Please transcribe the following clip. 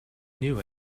knew